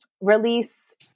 release